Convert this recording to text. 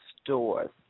stores